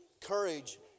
courage